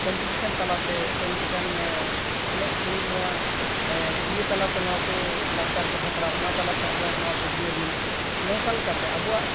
ᱠᱚᱢ ᱯᱤᱴᱤᱥᱮᱱ ᱛᱟᱞᱟᱛᱮ ᱥᱮ ᱢᱤᱫᱴᱟᱱ ᱮᱱᱮᱡ ᱥᱮᱨᱮᱧ ᱱᱚᱣᱟ ᱤᱭᱟᱹ ᱛᱟᱞᱟ ᱛᱮ ᱚᱱᱟ ᱠᱚ ᱞᱟᱠᱪᱟᱨ ᱠᱚ ᱥᱟᱯᱲᱟᱣ ᱚᱱᱟ ᱛᱟᱞᱟᱛᱮ ᱟᱵᱚᱣᱟᱜ ᱱᱚᱣᱟ ᱠᱚ ᱡᱤᱭᱟᱹᱲ ᱢᱮᱱᱟᱜᱼᱟ ᱱᱚᱝᱠᱟ ᱞᱮᱠᱟᱛᱮ ᱟᱵᱚᱣᱟᱜ